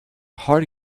hearty